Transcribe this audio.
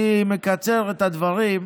אני מקצר את הדברים.